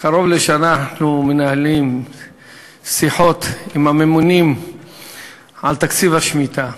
קרוב לשנה אנחנו מנהלים שיחות עם הממונים על תקציב השמיטה,